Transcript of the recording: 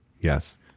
yes